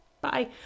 Bye